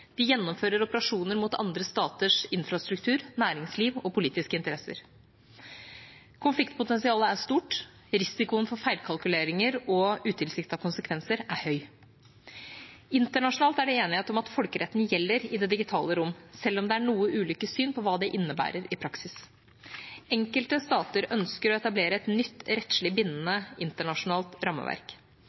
De gjennomfører operasjoner mot andre staters infrastruktur, næringsliv og politiske interesser. Konfliktpotensialet er stort. Risikoen for feilkalkuleringer og utilsiktede konsekvenser er høy. Internasjonalt er det enighet om at folkeretten gjelder i det digitale rom, selv om det er noe ulike syn på hva det innebærer i praksis. Enkelte stater ønsker å etablere et nytt rettslig bindende internasjonalt rammeverk.